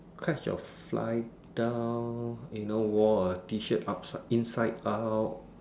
catch your fly down you know wore a T shirt upside inside out